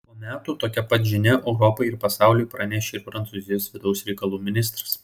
po metų tokią pat žinią europai ir pasauliui pranešė ir prancūzijos vidaus reikalų ministras